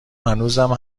هنوزم